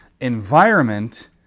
Environment